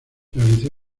realizó